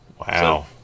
wow